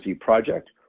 project